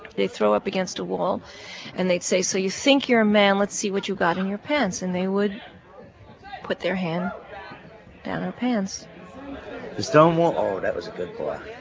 they throw her up against a wall and they'd say, so you think you're a man, let's see what you got in your pants. and they would put their hand down her pants the stonewall? oh, that was a good bar.